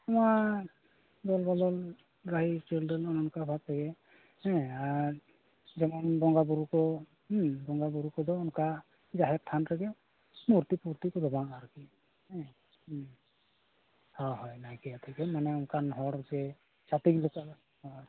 ᱱᱚᱣᱟ ᱫᱚᱞ ᱵᱟᱫᱚᱞ ᱨᱟᱦᱤ ᱪᱟᱹᱣᱰᱟᱹᱞ ᱚᱱᱮ ᱚᱱᱠᱟ ᱵᱷᱟᱵ ᱛᱮᱜᱮ ᱦᱮᱸ ᱟᱨ ᱡᱮᱢᱚᱱ ᱵᱚᱸᱜᱟ ᱵᱩᱨᱩ ᱠᱚ ᱵᱚᱸᱜᱟ ᱵᱩᱨᱩ ᱠᱚᱫᱚ ᱚᱱᱠᱟ ᱡᱟᱦᱮᱨ ᱛᱷᱟᱱ ᱨᱮᱜᱮ ᱢᱩᱨᱛᱤ ᱯᱩᱨᱛᱤ ᱠᱚᱫᱚ ᱵᱟᱝ ᱟᱨᱠᱤ ᱦᱮᱸ ᱦᱳᱭ ᱦᱳᱭ ᱱᱟᱭᱠᱮ ᱟᱛᱮᱫ ᱜᱮ ᱢᱟᱱᱮ ᱚᱱᱠᱟᱱ ᱦᱚᱲ ᱥᱮ